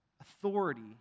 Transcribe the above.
authority